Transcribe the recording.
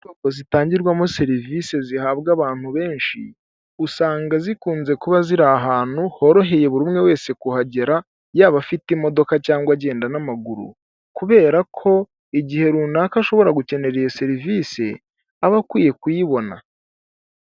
Inyubako zitangirwamo serivisi zihabwa abantu benshi, usanga zikunze kuba ziri ahantu horoheye buri umwe wese kuhagera yaba afite imodoka cyangwa agenda n'amaguru, kubera ko igihe runaka ashobora gukenera iyo serivisi aba akwiye kuyibona.